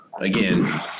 again